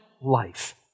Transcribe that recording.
life